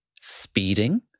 speeding